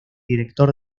director